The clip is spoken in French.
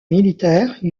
militaire